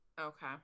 Okay